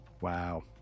Wow